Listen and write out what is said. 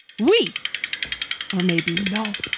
we are maybe no.